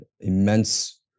immense